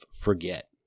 forget